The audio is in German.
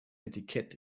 etikett